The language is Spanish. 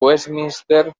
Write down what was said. westminster